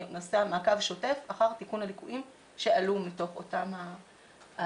ונעשה מעקב שוטף אחר תיקון הליקויים שעלו מתוך אותן התלונות.